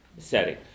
setting